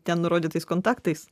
ten nurodytais kontaktais